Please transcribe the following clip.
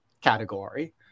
category